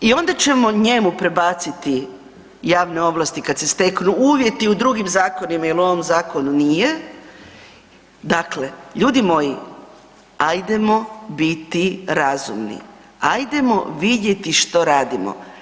I onda ćemo njemu prebaciti javne ovlasti kad se steknu uvjeti u drugim zakonima jer u ovom zakonu nije, dakle ljudi moji ajdemo biti razumni, ajdemo vidjeti što radimo.